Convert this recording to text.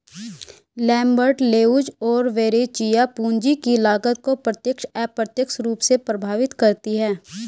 Lambert, Leuz और Verrecchia, पूंजी की लागत को प्रत्यक्ष, अप्रत्यक्ष रूप से प्रभावित करती है